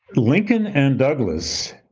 lincoln and douglass,